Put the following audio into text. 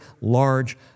large